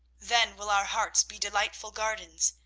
then will our hearts be delightful gardens.